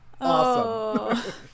awesome